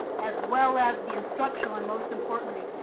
as well as the instructional. and most importantly,